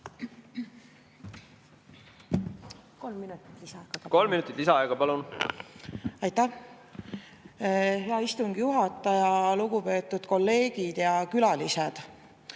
Kolm minutit lisaaega, palun! Aitäh, hea istungi juhataja! Lugupeetud kolleegid ja külalised!